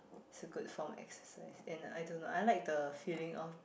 it's a good form exercise and I don't know I like the feeling of